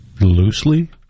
Loosely